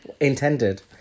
Intended